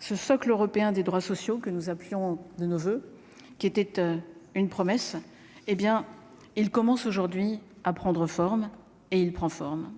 ce socle européen des droits sociaux que nous appelons de nos voeux, qui était une promesse, hé bien il commence aujourd'hui à prendre forme et il prend forme.